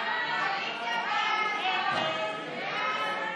הודעת הממשלה על העברת סמכויות משר הדיגיטל לשר האוצר נתקבלה.